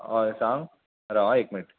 हय सांग राव आं एक मिनट